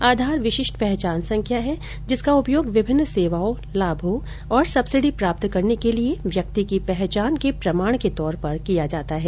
आधार विशिष्ट पहचान संख्या है जिसका उपयोग विभिन्न सेवाओं लामों और सब्सिडी प्राप्त करने के लिए व्यक्ति की पहचान के प्रमाण के तौर पर किया जाता है